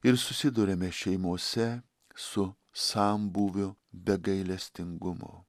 ir susiduriame šeimose su sambūviu be gailestingumo